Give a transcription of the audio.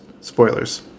Spoilers